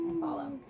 follow